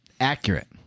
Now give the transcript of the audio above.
Accurate